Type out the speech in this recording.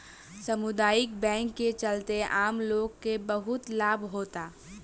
सामुदायिक बैंक के चलते आम लोग के बहुत लाभ होता